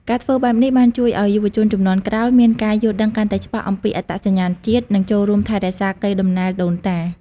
ការធ្វើបែបនេះបានជួយឱ្យយុវជនជំនាន់ក្រោយមានការយល់ដឹងកាន់តែច្បាស់អំពីអត្តសញ្ញាណជាតិ និងចូលរួមថែរក្សាកេរដំណែលដូនតា។